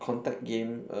contact game err